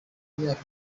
imyaka